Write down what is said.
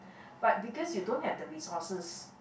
but because you don't have the resources